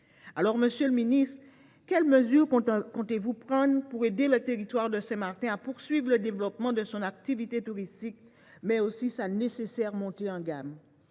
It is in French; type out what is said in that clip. Monsieur le ministre, quelles mesures comptez vous prendre pour aider le territoire de Saint Martin à poursuivre le développement de son activité touristique, mais aussi sa nécessaire montée en gamme